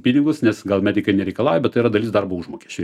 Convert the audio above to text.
pinigus nes gal medikai nereikalauja bet tai yra dalis darbo užmokesčio